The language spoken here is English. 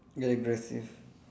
very aggressive